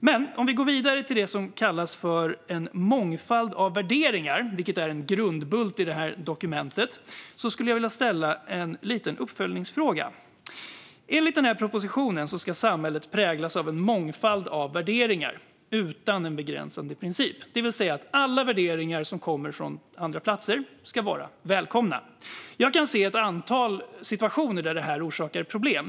Men om vi går vidare till det som kallas för "en mångfald värderingar", vilket är en grundbult i detta dokument, skulle jag vilja ställa en liten uppföljningsfråga. Enligt den här propositionen ska samhället präglas av en mångfald av värderingar, utan en begränsande princip. Alla värderingar som kommer från andra platser ska alltså vara välkomna. Jag kan se ett antal situationer där detta orsakar problem.